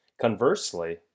Conversely